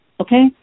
Okay